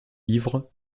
ivre